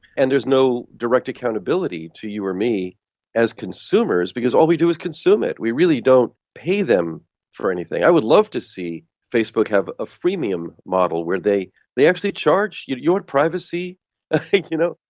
and there's no direct accountability to you or me as consumers, because all we do is consume it. we really don't pay them for anything. i would love to see facebook have a freemium model where they they actually charge. you you want privacy? ah you know